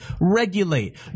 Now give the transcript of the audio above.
regulate